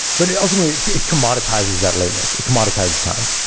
but ultimately it commoditizes that lateness. it commoditizes time.